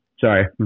Sorry